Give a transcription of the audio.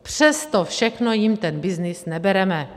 Přes to všechno jim ten byznys nebereme.